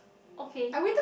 okay